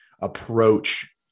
approach